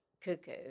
cuckoo